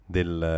del